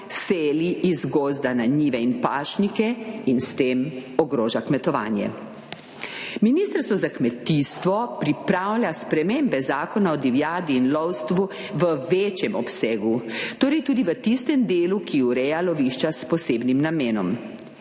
seli iz gozda na njive in pašnike in s tem ogroža kmetovanje. Ministrstvo za kmetijstvo pripravlja spremembe Zakona o divjadi in lovstvu v večjem obsegu torej tudi v tistem delu, ki ureja lovišča s posebnim namenom.